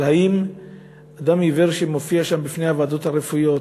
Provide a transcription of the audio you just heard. אבל האם אדם עיוור שמופיע שם בפני הוועדות הרפואיות,